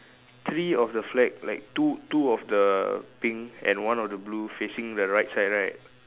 three of the flag like two two of the pink and one of the blue facing the right side right